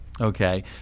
Okay